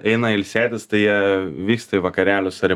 eina ilsėtis tai jie vyksta į vakarėlius ar